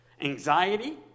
Anxiety